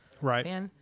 Right